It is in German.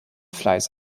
fleiß